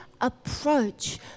approach